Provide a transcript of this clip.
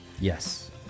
Yes